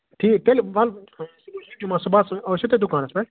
ٹھیٖک تیٚلہِ وَلہٕ صبُحس چھُو جمعہ صُبحس ٲسوٕ تُہۍ دُکانَس پٮ۪ٹھ